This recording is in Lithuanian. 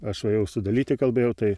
aš va jau su dalyti kalbėjau tai